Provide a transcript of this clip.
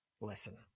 listen